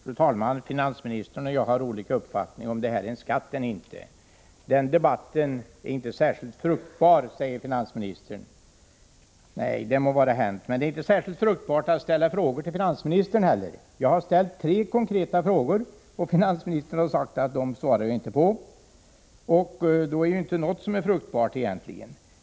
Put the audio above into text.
Fru talman! Finansministern och jag har olika uppfattning om huruvida detta är en skatt eller inte, och den debatten är inte särskilt fruktbar, säger finansministern. De må vara hänt, men det är inte heller särskilt fruktbart att ställa frågor till finansministern. Jag har ställt tre konkreta frågor, men finansministern har bara sagt att han inte svarar på dem.